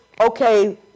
okay